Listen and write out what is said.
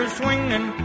swinging